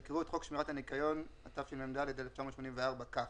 יקראו את חוק שמירת הניקיון, התשמ"ד 1984‏, כך: